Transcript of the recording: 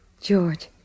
George